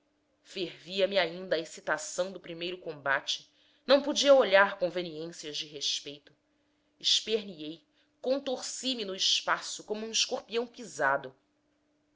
bigode fervia me ainda a excitação do primeiro combate não podia olhar conveniências de respeito esperneei contorci me no espaço como um escorpião pisado